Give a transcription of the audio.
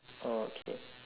okay